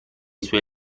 suoi